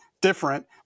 different